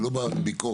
אני לא בא עם ביקורת,